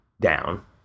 down